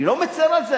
אני לא מצר על זה.